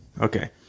okay